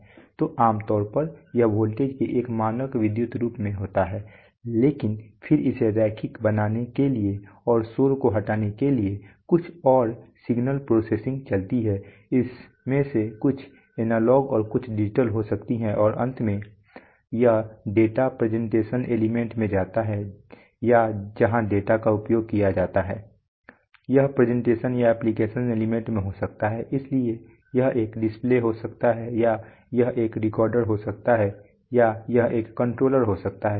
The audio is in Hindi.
तो आम तौर पर यह वोल्टेज के एक मानक विद्युत रूप में होता है लेकिन फिर इसे रैखिक बनाने के लिए और शोर को हटाने के लिए कुछ और सिग्नल प्रोसेसिंग चलती है इसमें से कुछ एनालॉग और कुछ डिजिटल हो सकती हैं और फिर अंत में यह डेटा प्रेजेंटेशन एलिमेंट में जाता है या जहां डेटा का उपयोग किया जाता है यह प्रेजेंटेशन या एप्लिकेशन एलिमेंट हो सकता है इसलिए यह एक डिस्प्ले हो सकता है या यह एक रिकॉर्डर हो सकता है या यह एक कंट्रोलर हो सकता है